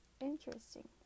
Interesting